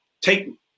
take